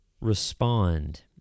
respond